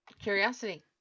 curiosity